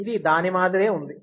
ఇది దాని మాదిరే ఉంది